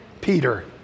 Peter